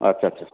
आत्सा आत्सा